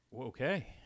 okay